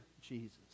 Jesus